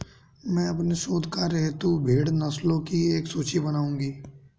मैं अपने शोध कार्य हेतु भेड़ नस्लों की एक सूची बनाऊंगी